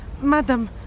Madam